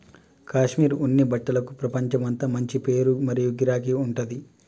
కాశ్మీర్ ఉన్ని బట్టలకు ప్రపంచమంతా మంచి పేరు మరియు గిరాకీ ఉంటది